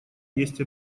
есть